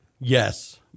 yes